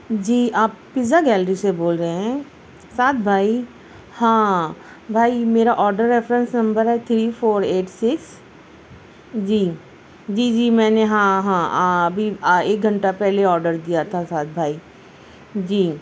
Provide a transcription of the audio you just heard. جی آپ pizza gallery سے بول رہے ہیں سعد بھائی ہاں بھائی میرا آرڈر ریفرینس نمبر ہے تھری فور ایٹ سِکس جی جی جی میں نے ہاں ہاں ابھی ایک گھنٹہ پہلے آرڈر دیا تھا سعد بھائی جی